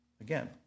Again